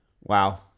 Wow